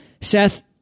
Seth